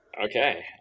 Okay